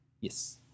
Yes